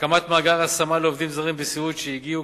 הקמת מאגר השמה לעובדים זרים בסיעוד שהגיעו